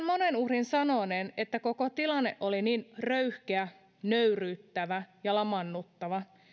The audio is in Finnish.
monen uhrin sanoneen että koko tilanne oli niin röyhkeä nöyryyttävä ja lamaannuttava